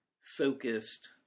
focused